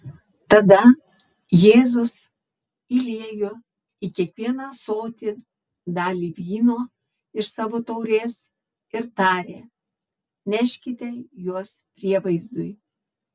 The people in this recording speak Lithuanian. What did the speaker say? tada jėzus įliejo į kiekvieną ąsotį dalį vyno iš savo taurės ir tarė neškite juos prievaizdui